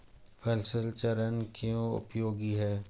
फसल चरण क्यों उपयोगी है?